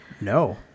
no